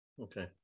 okay